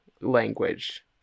language